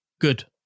good